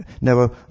Now